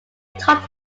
taught